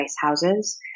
houses